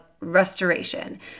restoration